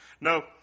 No